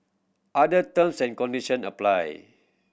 other terms and condition apply